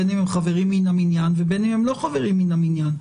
בין אם הם חברים מן המניין ובין אם הם לא חברים מן המניין,